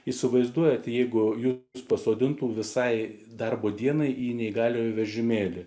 įsivaizduojate jeigu jų jus pasodintų visai darbo dienai į neįgaliojo vežimėlį